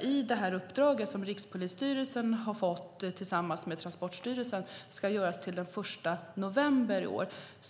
i det uppdrag som Rikspolisstyrelsen har fått tillsammans med Transportstyrelsen ska göras till den 1 november i år.